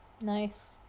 Nice